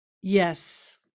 yes